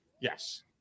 Yes